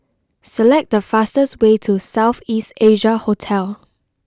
select the fastest way to South East Asia Hotel